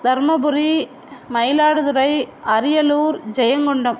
Dharmapuri Mayiladuthurai Ariyalur Jayankondam